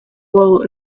wool